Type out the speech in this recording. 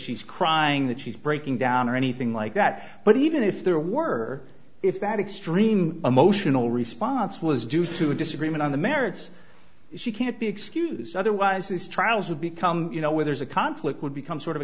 she's crying that she's breaking down or anything like that but even if there were if that extreme emotional response was due to a disagreement on the merits she can't be excused otherwise these trials would become you know where there's a conflict would become sort of a